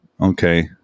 Okay